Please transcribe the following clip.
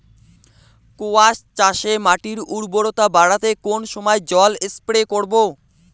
কোয়াস চাষে মাটির উর্বরতা বাড়াতে কোন সময় জল স্প্রে করব?